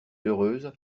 heureuse